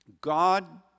God